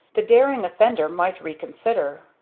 the daring offender might reconsider.